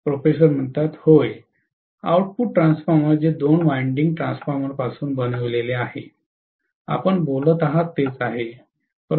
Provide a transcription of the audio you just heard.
professor होय auto transformer जे दोन वाइंडिंग ट्रान्सफॉर्मर्सपासून बनविलेले आहे आपण बोलत आहात तेच आहे